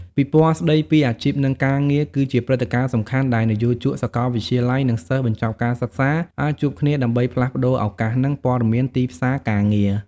ពិព័រណ៍ស្ដីពីអាជីព និងការងារគឺជាព្រឹត្តិការណ៍សំខាន់ដែលនិយោជក សាកលវិទ្យាល័យ និងសិស្សបញ្ចប់ការសិក្សាអាចជួបគ្នាដើម្បីផ្លាស់ប្តូរឱកាស និងព័ត៌មានទីផ្សារការងារ។